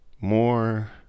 more